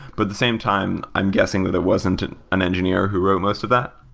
but the same time, i'm guessing that there wasn't an an engineer who wrote most of that.